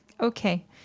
Okay